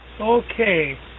Okay